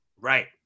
Right